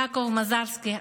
יעקב מזרסקי,